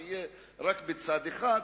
שיהיו רק בצד אחד,